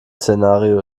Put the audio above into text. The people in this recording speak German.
szenario